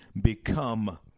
become